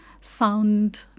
sound